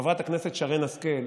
חברת הכנסת שרן השכל,